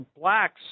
blacks